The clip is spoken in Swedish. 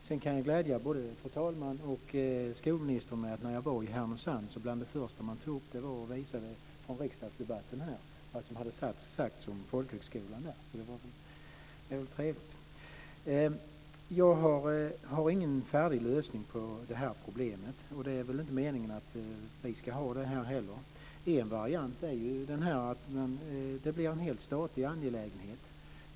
Sedan kan jag glädja både fru talmannen och skolministern med att bland det första man gjorde när jag var i Härnösand var att visa vad som hade sagts i riksdagsdebatten om folkhögskolan där. Det var mycket trevligt. Jag har ingen färdig lösning på problemet, och det är väl inte meningen att vi ska ha det heller. En variant är att det blir en helt statlig angelägenhet.